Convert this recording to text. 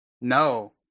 No